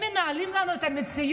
הם מנהלים לנו את המציאות,